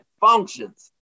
functions